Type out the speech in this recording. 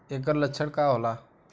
ऐकर लक्षण का होला?